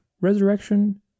resurrection